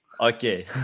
Okay